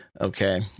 Okay